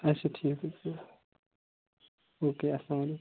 آچھا ٹھیٖک حظ چھُ او کے اَلسلام علیکُم